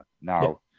now